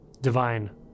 Divine